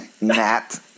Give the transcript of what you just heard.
Nat